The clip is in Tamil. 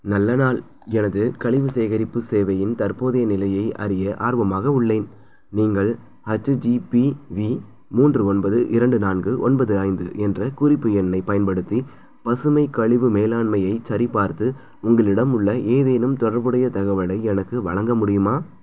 நல்ல நாள் எனது கழிவு சேகரிப்பு சேவையின் தற்போதைய நிலையை அறிய ஆர்வமாக உள்ளேன் நீங்கள் ஹச்சி ஜி பி வி மூன்று ஒன்பது இரண்டு நான்கு ஒன்பது ஐந்து என்ற குறிப்பு எண்ணை பயன்படுத்தி பசுமை கழிவு மேலாண்மையை சரிபார்த்து உங்களிடம் உள்ள ஏதேனும் தொடர்புடைய தகவலை எனக்கு வழங்க முடியுமா